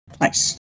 Nice